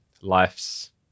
life's